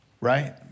right